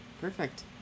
Perfect